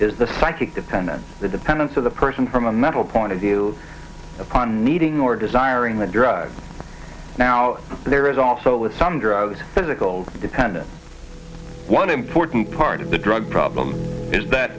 is the psychic dependence the dependence of the person from a mental point of view upon meeting or desiring the drug now there is also with some drugs physical dependence one important part of the drug problem is that